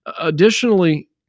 Additionally